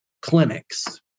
clinics